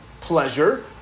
pleasure